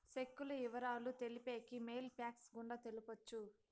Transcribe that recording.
సెక్కుల ఇవరాలు తెలిపేకి మెయిల్ ఫ్యాక్స్ గుండా తెలపొచ్చు